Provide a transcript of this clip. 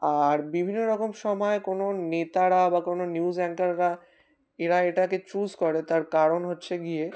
আর বিভিন্ন রকম সময় কোনো নেতারা বা কোনো নিউজ অ্যাঙ্কাররা এরা এটাকে চুজ করে তার কারণ হচ্ছে গিয়ে